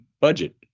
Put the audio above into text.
budget